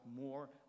more